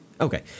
Okay